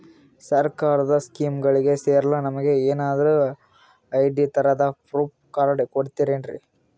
ಸರ್ಕಾರದ ಸ್ಕೀಮ್ಗಳಿಗೆ ಸೇರಲು ನಮಗೆ ಏನಾದ್ರು ಐ.ಡಿ ತರಹದ ಪ್ರೂಫ್ ಕಾರ್ಡ್ ಕೊಡುತ್ತಾರೆನ್ರಿ?